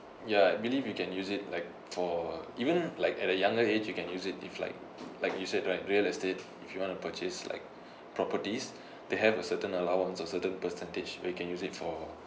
ya I believe you can use it like for even like at a younger age you can use it if like like you said right real estate if you want to purchase like properties they have a certain allowance or certain percentage where you can use it for